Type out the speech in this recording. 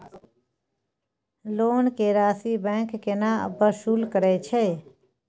Loan के राशि bank केना वसूल करे छै?